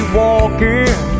walking